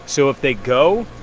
so if they go,